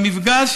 במפגש